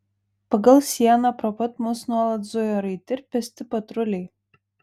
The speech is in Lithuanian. pagal sieną pro pat mus nuolat zujo raiti ir pėsti patruliai